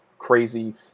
crazy